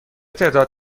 تعداد